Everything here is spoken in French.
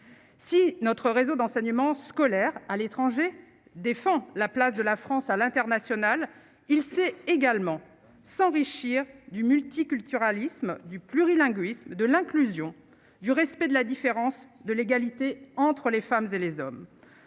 Si notre réseau d'enseignement scolaire à l'étranger, défend la place de la France à l'international, il s'est également s'enrichir du multiculturalisme du plurilinguisme de l'inclusion du respect de la différence de l'égalité entre les femmes et les hommes